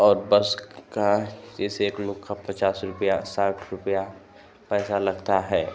और बस का जैसे एक लोग का पचास रुपया साठ रुपया पैसा लगता है